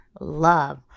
love